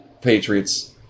Patriots